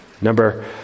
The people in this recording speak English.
Number